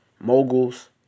moguls